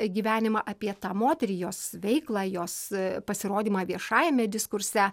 gyvenimą apie tą moterį jos veiklą jos pasirodymą viešajame diskurse